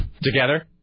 Together